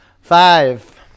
Five